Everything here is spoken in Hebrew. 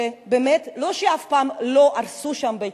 שבאמת, לא שאף פעם לא הרסו שם בית-כנסת,